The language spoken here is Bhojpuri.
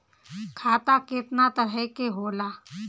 खाता केतना तरह के होला?